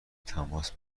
تماس